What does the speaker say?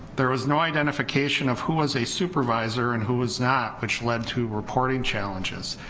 there was no identification of who was a supervisor and who was not, which led to reporting challenges,